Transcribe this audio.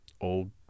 old